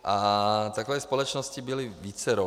A takových společností bylo vícero.